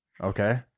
okay